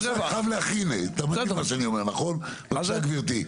בבקשה גברתי.